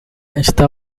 está